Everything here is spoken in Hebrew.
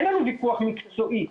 אין לנו ויכוח מקצועי.